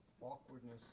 awkwardness